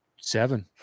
seven